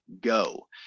go